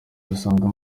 bisanzwe